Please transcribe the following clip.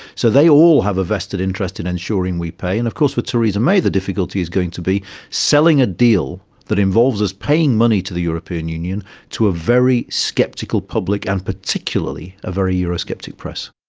so they all have a vested interest in ensuring we pay. and of course with theresa may the difficulty is going to be selling a deal that involves us paying money to the european union to a very sceptical public and particularly a very euro-sceptic press.